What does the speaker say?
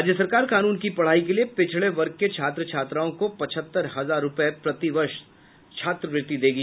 राज्य सरकार कानून की पढ़ाई के लिये पिछड़े वर्ग के छात्र छात्राओं को पचहत्तर हजार रूपये प्रतिवर्ष छात्रवृत्ति देगी